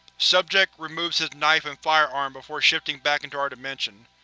subject removes his knife and firearm before shifting back into our dimension.